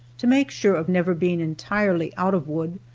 to make sure of never being entirely out of wood,